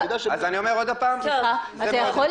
רק שאלה עאידה.